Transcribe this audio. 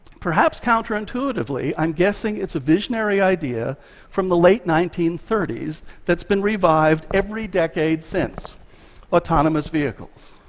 perhaps counterintuitively, i'm guessing it's a visionary idea from the late nineteen thirty s that's been revived every decade since autonomous vehicles.